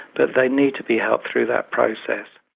but they need to be helped through that process.